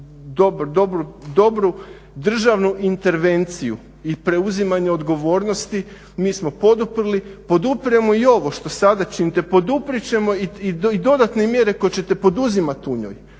dobru državnu intervenciju i preuzimanje odgovornosti mi smo poduprli podupiremo i ovo što sada činite, poduprijet ćemo i dodatne mjere koje ćete poduzimati u njoj.